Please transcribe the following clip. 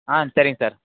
ஆ சரிங்க சார்